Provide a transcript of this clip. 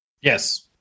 Yes